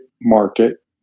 market